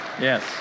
Yes